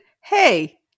hey